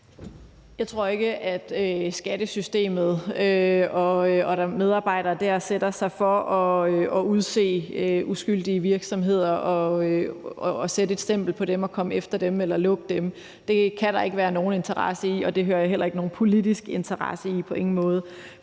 Jeg tror ikke, at skattesystemet og medarbejderne dér sætter sig for at udse sig uskyldige virksomheder og sætte et stempel på dem og komme efter dem eller lukke dem. Det kan der ikke være nogen interesse i, og det hører jeg heller ikke at der på nogen måde